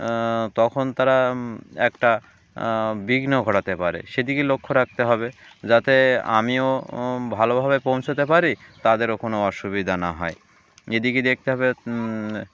তখন তারা একটা বিঘ্ন ঘটাতে পারে সেদিকে লক্ষ্য রাখতে হবে যাতে আমিও ভালোভাবে পৌঁছোতে পারি তাদেরও কোনো অসুবিধা না হয় এদিকে দেখতে হবে